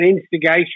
instigation